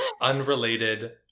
unrelated